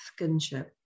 skinship